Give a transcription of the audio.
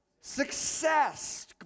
Success